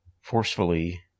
forcefully